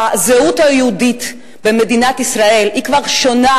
הזהות היהודית במדינת ישראל כבר שונה